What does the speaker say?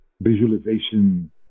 visualization